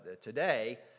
today